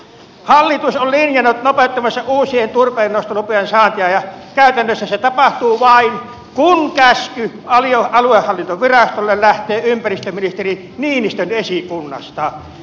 hallitus on linjannut nopeuttavansa uusien turpeennostolupien saantia ja käytännössä se tapahtuu vain kun käsky aluehallintovirastolle lähtee ympäristöministeri niinistön esikunnasta